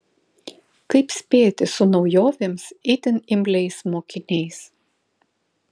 kaip spėti su naujovėms itin imliais mokiniais